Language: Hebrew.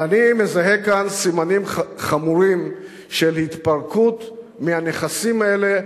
ואני מזהה כאן סימנים חמורים של התפרקות מהנכסים האלה,